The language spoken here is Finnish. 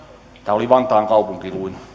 oli vantaan kaupunki